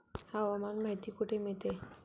हवामान माहिती कुठे मिळते?